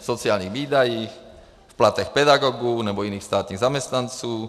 V sociálních výdajích, v platech pedagogů nebo jiných státních zaměstnanců?